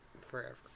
Forever